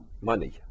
money